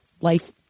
life